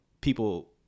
people